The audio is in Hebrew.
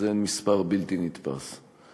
זה מספר בלתי נתפס.